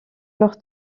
leur